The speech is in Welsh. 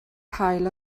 cael